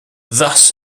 thus